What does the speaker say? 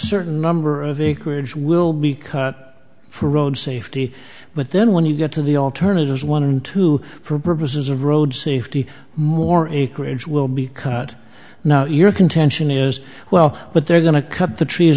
certain number of acreage will be cut for road safety but then when you get to the alternatives one and two for purposes of road safety more acreage will be cut your contention is well but they're going to cut the trees